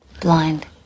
Blind